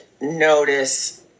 notice